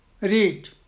read